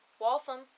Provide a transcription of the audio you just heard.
Waltham